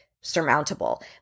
surmountable